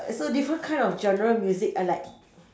it's a different kind of genre music and like